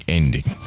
ending